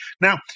now